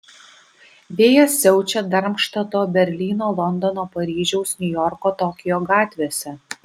vėjas siaučia darmštato berlyno londono paryžiaus niujorko tokijo gatvėse